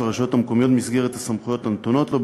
הרשויות המקומיות במסגרת הסמכויות הנתונות לו,